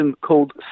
called